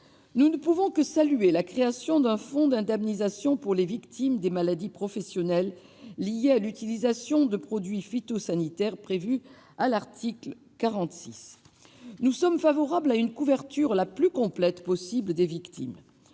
Nous ne pouvons que saluer la création d'un fonds d'indemnisation pour les victimes de maladies professionnelles liées à l'utilisation de produits phytosanitaires, prévue à l'article 46. Nous sommes favorables à une couverture la plus complète possible des victimes.